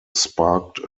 sparked